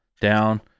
down